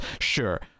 Sure